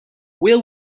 will